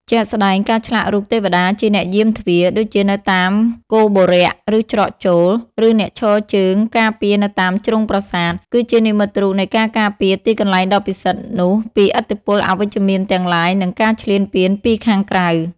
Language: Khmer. ជាក់ស្តែង ការឆ្លាក់រូបទេវតាជាអ្នកយាមទ្វារ ដូចជានៅតាមគោបុរៈ ឬច្រកចូល ឬអ្នកឈរជើងការពារនៅតាមជ្រុងប្រាសាទ គឺជានិមិត្តរូបនៃការការពារទីកន្លែងដ៏ពិសិដ្ឋ នោះពីឥទ្ធិពលអវិជ្ជមានទាំងឡាយ និងការឈ្លានពានពីខាងក្រៅ។